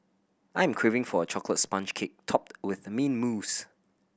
I am craving for a chocolate sponge cake topped with mint mousse